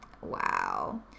Wow